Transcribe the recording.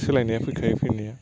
सोलायनाया फैखायो फैनाया